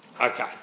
Okay